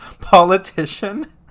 politician